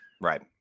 right